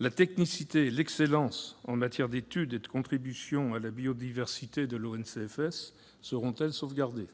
la technicité et l'excellence de l'ONCFS, en matière d'études et de contribution à la biodiversité, seront-elles sauvegardées ?